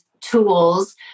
tools